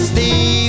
Stay